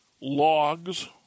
logs